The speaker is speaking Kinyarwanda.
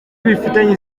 bifitanye